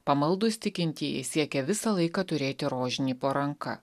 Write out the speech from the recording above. pamaldūs tikintieji siekė visą laiką turėti rožinį po ranka